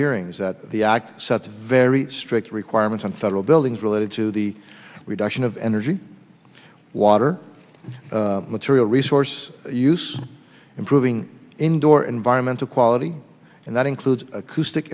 hearings that the act sets very strict requirements on federal buildings related to the reduction of energy water and material resource use improving indoor environmental quality and that includes acoustic